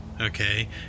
okay